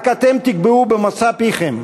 רק אתם תקבעו במוצא פיכם,